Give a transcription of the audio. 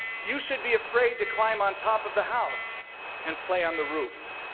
you should be afraid to climb on top of the house and play on the roof,